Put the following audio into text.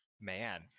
Man